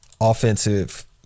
offensive